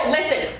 Listen